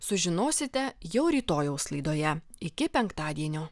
sužinosite jau rytojaus laidoje iki penktadienio